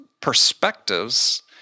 perspectives